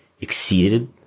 exceeded